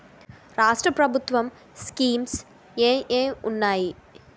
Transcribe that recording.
రాష్ట్రం ప్రభుత్వ స్కీమ్స్ ఎం ఎం ఉన్నాయి?